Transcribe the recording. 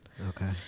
Okay